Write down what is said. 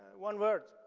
one word,